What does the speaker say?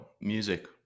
Music